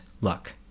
luck